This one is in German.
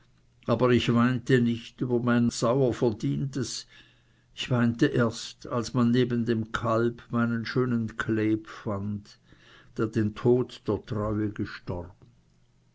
aber ich weinte nicht über mein sauer verdientes ich weinte erst als man neben dem kalbe meinen schönen chleb fand der den tod der treue gestorben